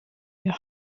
your